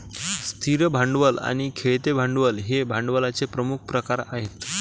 स्थिर भांडवल आणि खेळते भांडवल हे भांडवलाचे प्रमुख प्रकार आहेत